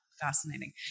fascinating